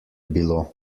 bilo